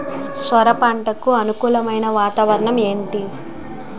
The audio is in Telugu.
సొర పంటకు అనుకూలమైన వాతావరణం ఏంటి?